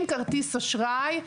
עם כרטיס אשראי,